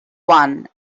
one